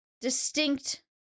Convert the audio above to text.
distinct